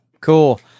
cool